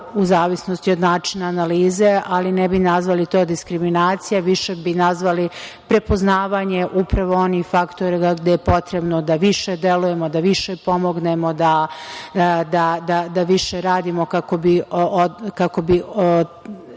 u zavisnosti od načina analize, ali ne bih nazvali to diskriminacije. Više bi nazvali prepoznavanje upravo onih faktora gde je potrebno da više delujemo, da više pomognemo, da više radimo kako bi